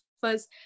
first